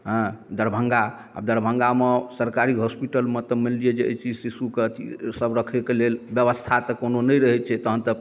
हँ दरभङ्गा आब दरभङ्गामे सरकारी हॉस्पिटलमे तऽ मानि लिअ जे अइ चीज शिशु कऽ सब रखै कऽ लेल व्यवस्था तऽ कोनो नहि रहैत छै तहन तऽ